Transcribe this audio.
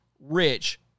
rich